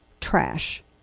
trash